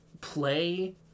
play